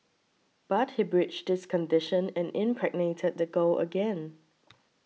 but he breached this condition and impregnated the girl again